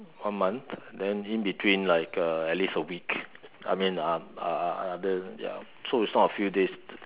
one month then in between like uh at least a week I mean uh other so is not a few days